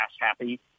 happy